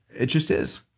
it just is